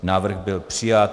Návrh byl přijat.